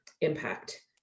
impact